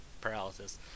paralysis